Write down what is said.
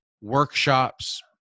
workshops